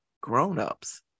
grownups